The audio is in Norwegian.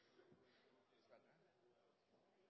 Så